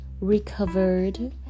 recovered